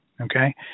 okay